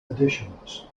editions